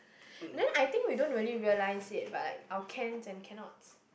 then I think we don't really realize it but I our can and cannot